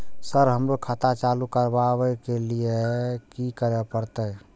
Sir हमरो खाता चालू करबाबे के ली ये की करें परते?